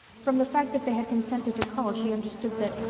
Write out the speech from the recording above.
from the fact that they had consented to call she understood that,